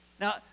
now